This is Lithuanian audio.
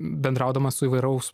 bendraudamas su įvairaus